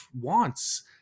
wants